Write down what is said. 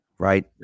Right